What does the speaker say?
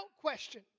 question